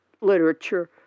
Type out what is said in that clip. literature